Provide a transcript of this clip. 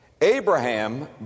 Abraham